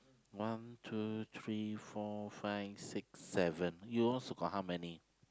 one two three four five six seven you also got how many